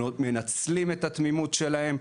מנצלים את התמימות שלהם,